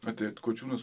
a tai atkočiūnas